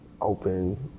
open